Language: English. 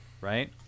Right